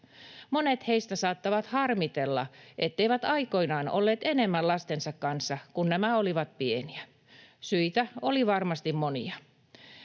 Monet heistä saattavat harmitella, etteivät aikoinaan olleet enemmän lastensa kanssa, kun nämä olivat pieniä. Syitä oli varmasti monia.